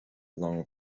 long